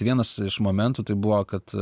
vienas iš momentų tai buvo kad